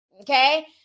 Okay